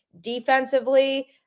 defensively